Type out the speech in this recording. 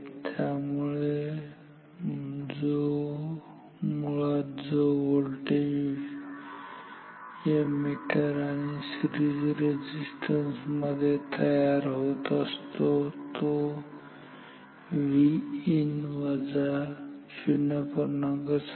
त्यामुळे मुळात जो व्होल्टेज या मीटर आणि सिरीज रेझिस्टन्स मध्ये तयार होतो असतो तो Vin 0